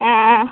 അ അ